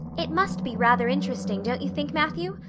it must be rather interesting, don't you think, matthew?